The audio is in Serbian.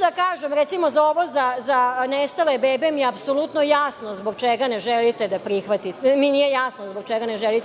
da kažem, recimo ovo za nestale bebe gde mi je apsolutno jasno zbog čega ne želite